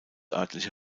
örtliche